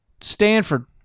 Stanford